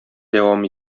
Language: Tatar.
дәвам